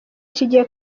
kigiye